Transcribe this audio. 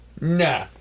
Nah